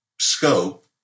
scope